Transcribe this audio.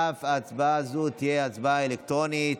אף הצבעה זו תהיה הצבעה אלקטרונית.